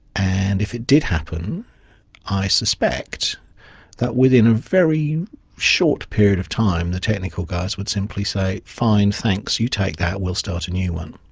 and if it did happen i suspect that within a very short period of time the technical guys would simply say, fine, thanks, you take that, we'll start a new one.